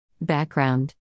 Background